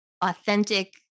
authentic